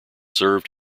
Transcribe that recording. served